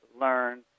learn